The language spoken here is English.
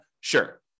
Sure